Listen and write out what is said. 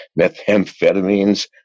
methamphetamines